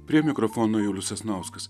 prie mikrofono julius sasnauskas